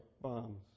bombs